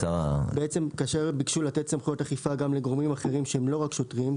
כאשר ביקשו לתת סמכויות אכיפה גם לגורמים אחרים שהם לא רק שוטרים,